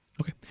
Okay